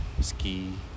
Ski